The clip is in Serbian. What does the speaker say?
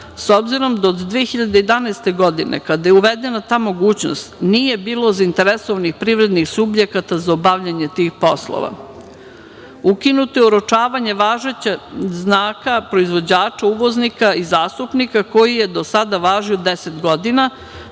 s obzirom da od 2011. godine, kada je uvedena ta mogućnost, nije bilo zainteresovanih privrednih subjekata za obavljanje tih poslova. Ukinuto je oročavanje važećeg znaka proizvođača uvoznika i zastupnika koji je do sada važio 10 godina,